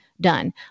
done